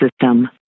system